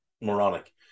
moronic